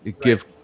give